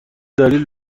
دلیلی